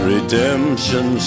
Redemption